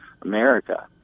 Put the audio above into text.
America